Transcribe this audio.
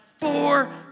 Four